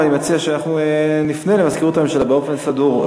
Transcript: ואני מציע שאנחנו נפנה למזכירות הממשלה באופן סדור.